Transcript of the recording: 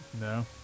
No